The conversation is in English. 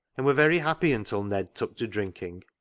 and were very happy until ned took to drinking.